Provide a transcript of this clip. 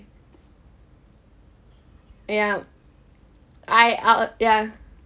ya I ah uh ya